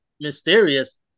mysterious